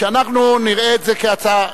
שאנחנו נראה את זה כהצעה,